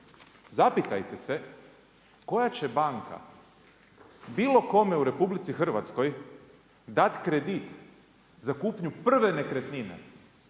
Zapitajte se koja će banka bilo kome u RH dati kredit za kupnju prve nekretnine,